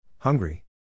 Hungry